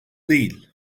değil